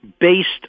based